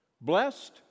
Blessed